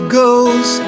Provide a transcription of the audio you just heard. goes